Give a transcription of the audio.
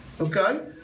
okay